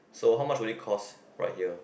so how much really cost right here